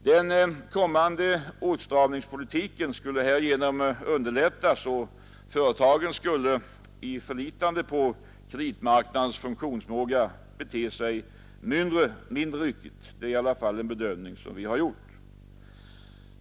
Den kommande åtstramningspolitiken skulle härigenom underlättas och företagen skulle, i förlitande på kreditmarknadens funktionsförmåga, bete sig mindre ryckigt — det är i alla fall en bedömning som vi har gjort.